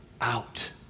out